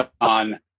on